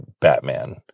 Batman